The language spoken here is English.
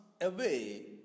away